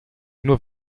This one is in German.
nur